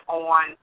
on